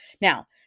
now